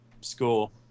school